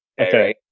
Okay